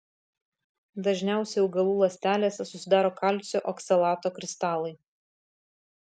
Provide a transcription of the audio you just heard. dažniausiai augalų ląstelėse susidaro kalcio oksalato kristalai